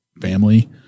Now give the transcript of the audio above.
family